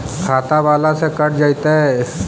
खाता बाला से कट जयतैय?